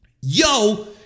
Yo